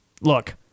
Look